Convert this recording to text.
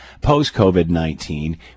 Post-COVID-19